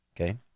Okay